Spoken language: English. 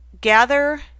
gather